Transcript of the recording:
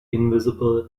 invisible